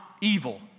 evil